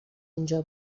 اینجا